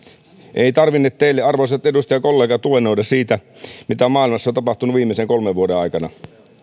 ei tarvinne teille arvoisat edustajakollegat luennoida siitä mitä maailmassa on tapahtunut viimeisen kolmen vuoden aikana